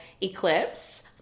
eclipse